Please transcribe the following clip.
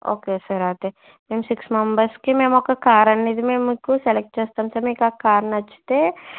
okay sir అయితే మేము six మెంబర్స్కి మేము ఒక కార్ అనేది మేము మీకు సెలెక్ట్ చేస్తాము సార్ మీకు ఆ కార్ నచ్చితే